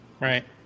Right